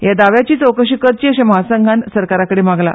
ह्या दाव्याचीय चौकशी करची अशे महासंघान सरकाराकडे मागला